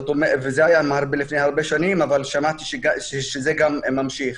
זה היה לפני הרבה שנים, אבל שמעתי שזה ממשיך.